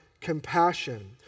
compassion